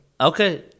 okay